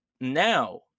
now